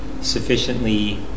sufficiently